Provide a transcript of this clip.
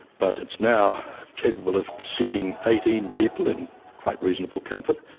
but it's now capable of seating eighteen people, in quite reasonable comfort,